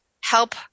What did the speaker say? help